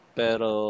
pero